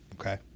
Okay